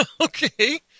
Okay